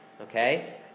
okay